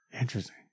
Interesting